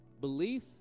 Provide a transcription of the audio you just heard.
belief